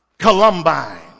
Columbine